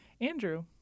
Andrew